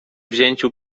wzięciu